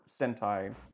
Sentai